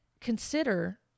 consider